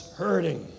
hurting